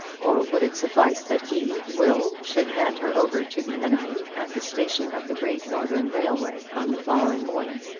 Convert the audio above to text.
or would it suffice that he, will, should hand her over to the enemy at the station of the great northern railway on the following morning?